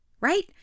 right